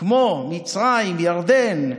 כמו מצרים, ירדן,